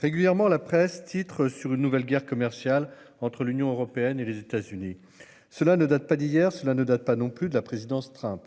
Régulièrement, la presse titre sur une nouvelle guerre commerciale entre l'Union européenne et les États-Unis. Cela ne date pas d'hier ; cela ne date pas non plus de la présidence Trump.